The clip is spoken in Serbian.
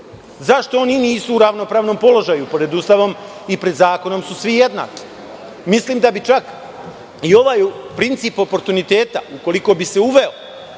Zašto oni nisu u ravnopravnom položaju? Pred Ustavom i pred zakonom su svi jednaki. Mislim da bi, čak, i ovaj princip oportuniteta, ukoliko bi se uveo,